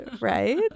Right